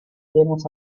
demos